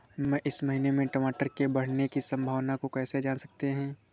हम इस महीने में टमाटर के बढ़ने की संभावना को कैसे जान सकते हैं?